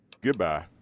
Goodbye